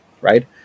right